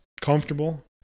comfortable